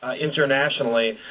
internationally